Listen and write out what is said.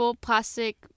plastic